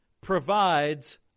provides